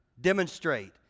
demonstrate